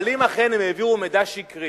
אבל אם אכן הם העבירו מידע שקרי